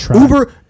Uber